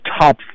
top